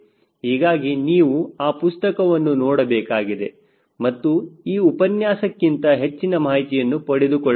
ಹೀಗಾಗಿ ನೀವು ಆ ಪುಸ್ತಕವನ್ನು ನೋಡಬೇಕಾಗಿದೆ ಮತ್ತು ಈ ಉಪನ್ಯಾಸಕಿಂತ ಹೆಚ್ಚಿನ ಮಾಹಿತಿಯನ್ನು ಪಡೆದುಕೊಳ್ಳಬೇಕು